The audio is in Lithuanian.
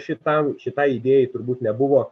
šitam šitai idėjai turbūt nebuvo